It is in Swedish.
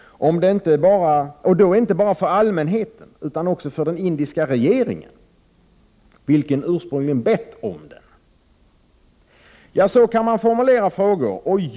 Och varför hemligstämplades de inte bara för allmänheten, utan också för den indiska regeringen, vilken ursprungligen bett om den?